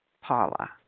Paula